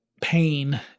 pain